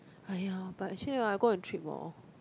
!aiyo! but actually orh I go on trip more